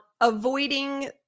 avoiding